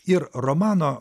ir romano